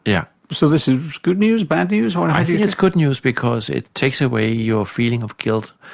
yeah so this is good news, bad news? i think it's good news because it takes away your feeling of guilt.